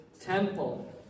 temple